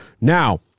Now